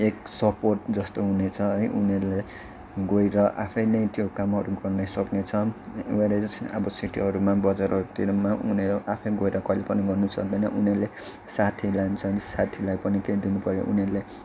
एक सपोर्ट जस्तो हुनेछ है उनीहरूले गएर आफै नै त्यो कामहरू गर्ने सक्ने छ वेरएस अब सिटीहरूमा बजारहरूतिरमा उनीहरू आफै गएर कहिले पनि गर्नु सक्दैन उनीहरूले साथी लान्छन् साथीलाई पनि केही दिनुपऱ्यो उनीहरूले